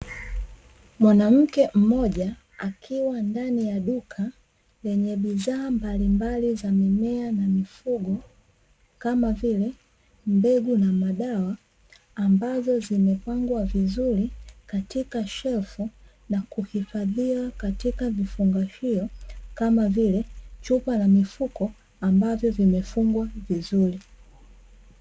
Mwanamke mmoja akiwa ndani ya duka lenye bidhaa mbalimbali za mimea na mifugo kama vile mbegu na madawa, ambazo zimepangwa vizuri katika shelfu na kuhifadhiwa katika vifungashio kama vile chupa na mifuko ambavyo vimefungwa vizuri.